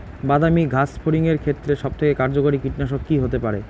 বাদামী গাছফড়িঙের ক্ষেত্রে সবথেকে কার্যকরী কীটনাশক কি হতে পারে?